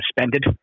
suspended